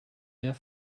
wer